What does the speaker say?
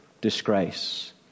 disgrace